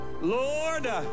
Lord